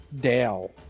Dale